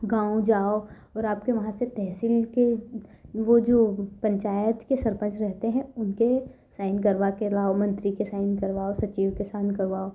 गाँव जाओ और आपके वहाँ से तहसील के वह जो पंचायत के सरपंच रहते हैं उनसे साइन करवा कर लाओ मंत्री के साइन करवाओ सचिव के साइन करवाओ